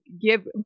give